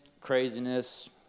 craziness